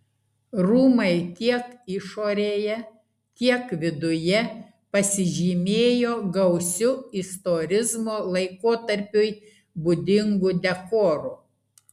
rūmai tiek išorėje tiek viduje pasižymėjo gausiu istorizmo laikotarpiui būdingu dekoru